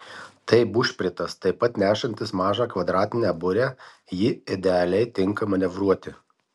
tai bušpritas taip pat nešantis mažą kvadratinę burę ji idealiai tinka manevruoti